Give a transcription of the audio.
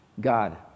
God